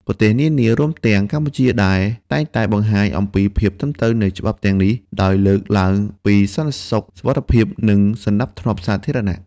ប្រទេសនានា រួមទាំងកម្ពុជាដែរតែងតែបង្ហាញអំពីភាពត្រឹមត្រូវនៃច្បាប់ទាំងនេះដោយលើកឡើងពីសន្តិសុខ សុវត្ថិភាព និងសណ្តាប់ធ្នាប់សាធារណៈ